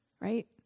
right